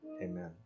amen